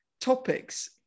topics